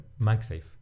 MagSafe